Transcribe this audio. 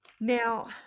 Now